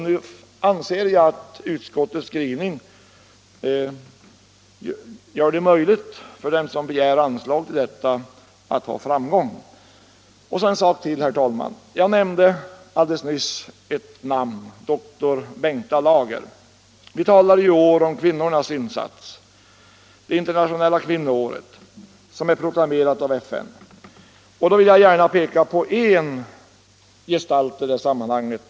Nu anser jag att utskottets skrivning gör det möjligt för den som begär anslag att ha framgång härvidlag. Vi talar i år om kvinnornas insats — det internationella kvinnoåret är proklamerat av FN. Jag vill gärna peka på en gestalt i det sammanhanget.